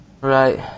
Right